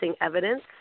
Evidence